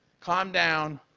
calm down.